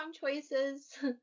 choices